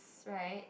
right